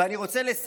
ואני רוצה, לסיום,